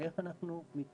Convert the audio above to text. איך אנחנו מתנהלים